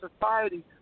society